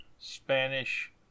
Spanish